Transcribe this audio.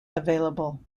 available